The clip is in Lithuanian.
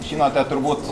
žinote turbūt